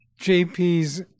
JP's